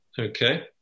okay